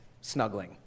snuggling